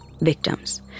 victims